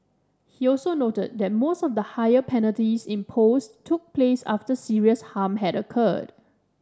he also noted that most of the higher penalties imposed took place after serious harm had occurred